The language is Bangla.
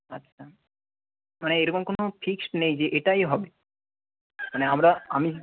আচ্ছা মানে এরকম কোনো ফিক্সড নেই যে এটাই হবে মানে আমরা আমি